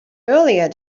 earlier